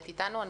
את איתנו?